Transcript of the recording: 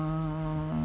uh